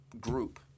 group